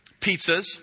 pizzas